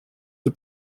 the